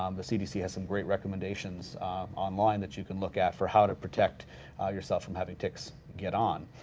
um the cdc has some great recommendations on lime that you can look at for how to protect yourself from having tics get on.